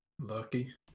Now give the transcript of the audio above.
Lucky